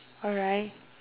alright